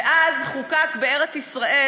אז חוקק בארץ-ישראל